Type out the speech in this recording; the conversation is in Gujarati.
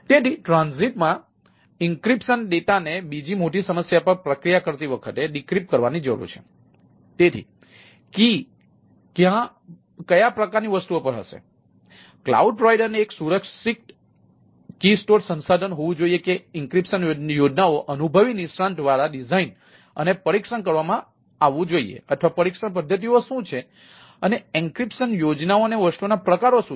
તેથી ટ્રાન્ઝિટમાં એનક્રિપ્શન સંસાધન હોવું જોઈએ કે એનક્રિપ્શન યોજનાઓ અનુભવી નિષ્ણાત દ્વારા ડિઝાઇન અને પરીક્ષણ કરવામાં આવી હતી અથવા પરીક્ષણ પદ્ધતિઓ શું છે અને એનક્રિપ્શન યોજનાઓ અને વસ્તુઓના પ્રકારો શું છે